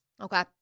Okay